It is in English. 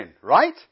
right